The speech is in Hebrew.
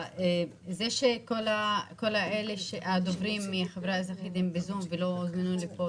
זה שכל הדוברים ב-זום ולא הוזמנו לכאן,